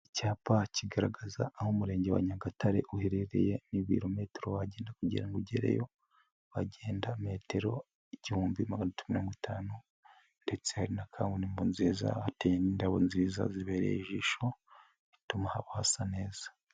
Icyapa kigaragaza aho umurenge wa Nyagatare uherereye n'ibirometero wagenda kugira ngo ugereyo. Wagenda metero igihumbi maganatatu mirongo itanu, ndetse na kabumbo nziza hateyemo indabo nziza zibereye ijisho, bituma haba hasa neza.